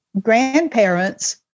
grandparents